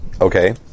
Okay